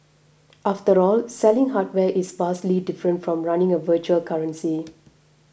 after all selling hardware is vastly different from running a virtual currency